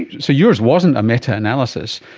so yours wasn't a meta-analysis,